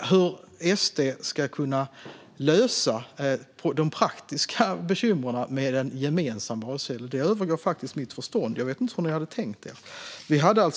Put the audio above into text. Hur SD ska kunna lösa de praktiska bekymren med en gemensam valsedel övergår faktiskt mitt förstånd. Jag vet inte hur ni hade tänkt er detta.